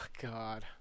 God